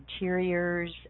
interiors